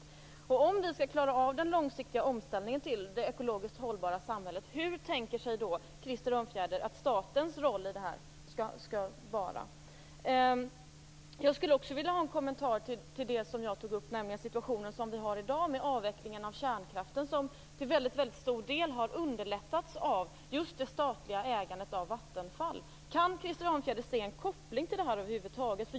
Vilken tänker sig Krister Örnfjäder att statens roll i detta skall vara för att vi skall klara av den långsiktiga omställningen till det ekologiskt hållbara samhället? Jag skulle också vilja ha en kommentar till den situation som vi har i dag när det gäller avvecklingen av kärnkraften, som till väldigt stor del har underlättats av just det statliga ägandet av Vattenfall. Kan Krister Örnfjäder se en koppling till det över huvud taget?